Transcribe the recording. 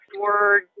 word